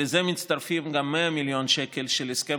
לזה מצטרפים גם 100 מיליון שקל של הסכם